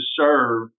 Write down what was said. serve